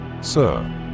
sir